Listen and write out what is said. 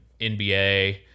NBA